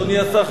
אדוני השר,